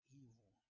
evil